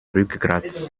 rückgrat